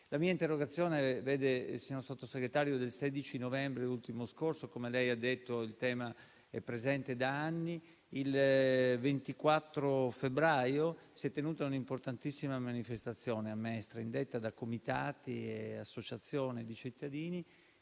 La mia interrogazione, signor Sottosegretario, è del 16 novembre ultimo scorso; come lei ha detto, il tema è presente da anni. Il 24 febbraio si è tenuta una importantissima manifestazione a Mestre, indetta da comitati e associazioni di cittadini,